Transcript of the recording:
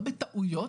לא בטעויות,